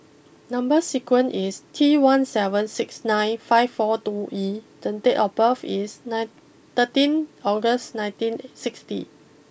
number sequence is T one seven six nine five four two E then date of birth is nine thirteen August nineteen sixty